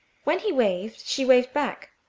when he waved, she waved back.